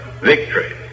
victory